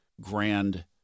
grand